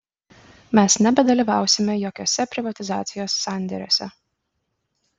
mes nebedalyvausime jokiuose privatizacijos sandėriuose